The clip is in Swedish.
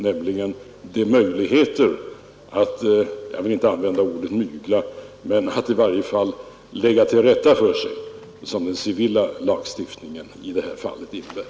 Och roten är just de möjligheter som finns att lägga till rätta för sig — jag vill inte använda ordet mygla — som den civila lagstiftningen i detta fall innebär.